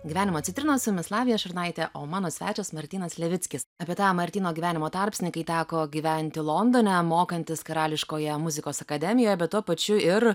gyvenimo citrinos su jumis lavija šurnaitė o mano svečias martynas levickis apie tą martyno gyvenimo tarpsnį kai teko gyventi londone mokantis karališkoje muzikos akademijoje bet tuo pačiu ir